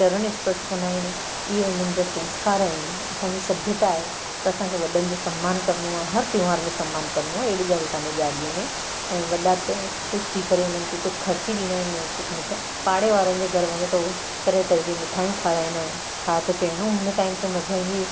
चरण स्पर्श कंदा आहिनि इहे उन्हनि जा संस्कार आहिनि असांजी सभ्यता आहे त असांखे वॾनि जो सम्मान करिणो आहे हर त्यौहार में सम्मान करिणो आहे अहिड़ी ॻाल्हि काने ॾियारीअ में ऐं वॾा बि त ख़ुशि थी करे उन्हनि खे कुझु ख़र्ची ॾींदा आहिनि कुझु मिठाई पाड़े वारनि जे घर वञों त उहे तरह तरह जी मिठाई खाराईंदा आहिनि छा त चइणो उन टाइम जे मज़ो ई